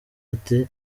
ati